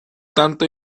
tanto